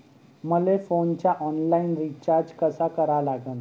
मले फोनचा online recharge कसा करा लागन?